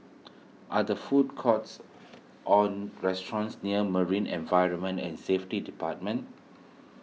are the food courts or restaurants near Marine Environment and Safety Department